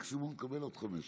מקסימום, תקבל עוד חמש.